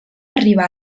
arribar